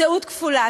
זהות כפולה,